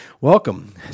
Welcome